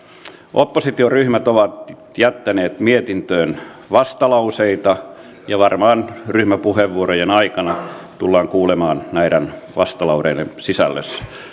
oppositioryhmät ovat jättäneet mietintöön vastalauseita ja varmaan ryhmäpuheenvuorojen aikana tullaan kuulemaan näiden vastalauseiden sisältö